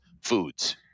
foods